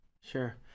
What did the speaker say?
Sure